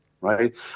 right